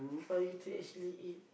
for you to actually eat